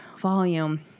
volume